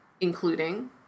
including